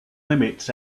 limits